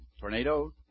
tornado